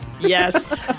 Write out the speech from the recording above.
Yes